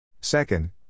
Second